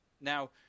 Now